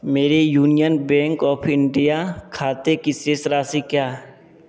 मेरे union bank of India खाते की शेष राशि क्या है